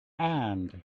and